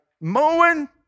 mowing